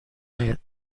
نیاد